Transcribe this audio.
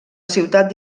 ciutat